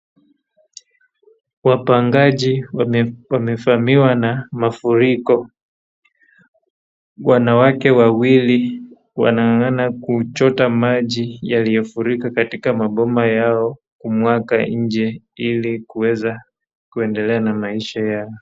Wapangaji wamevamiwa na mafuriko. Wanawake wawili wanang'ang'ana kuchota maji yaliofurika katika maboma yao kumwanga nje ili kuweza kuendelea na maisha yao.